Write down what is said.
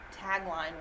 tagline